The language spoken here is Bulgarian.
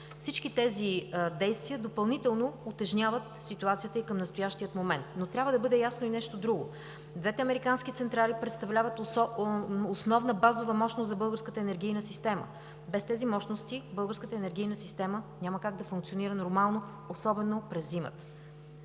Всички тези действия допълнително утежняват ситуацията към настоящия момент. Но трябва да бъде ясно и нещо друго. Двете американски централи представляват основна базова мощност за българската енергийна система. Без тези мощности българската енергийна система няма как да функционира нормално, особено през зимата.